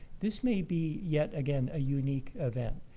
this may be yet again, a unique event.